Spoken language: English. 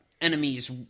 enemies